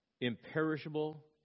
imperishable